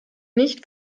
nicht